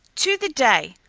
to the day,